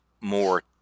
more